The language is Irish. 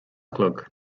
chlog